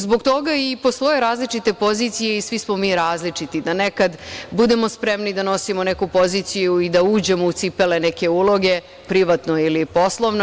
Zbog toga i postoje različite pozicije i svi smo mi različiti da nekad budemo spremni da nosimo neku poziciju i da uđemo u cipele, neke uloge, privatno ili poslovno.